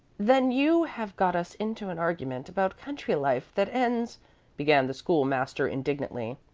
then you have got us into an argument about country life that ends began the school-master, indignantly.